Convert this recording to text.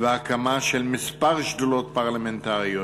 והקמה של כמה שדולות פרלמנטריות.